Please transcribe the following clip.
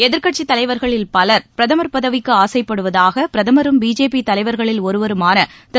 எதிர்க்கட்சி தலைவர்களில் பலர் பிரதமர் பதவிக்கு ஆசைப்படுவதாக பிரதமரும் பிஜேபி தலைவர்களில் ஒருவருமான திரு